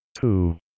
two